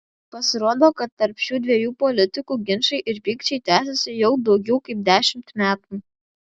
pasirodo kad tarp šių dviejų politikų ginčai ir pykčiai tęsiasi jau daugiau kaip dešimt metų